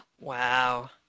Wow